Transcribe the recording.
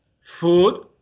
food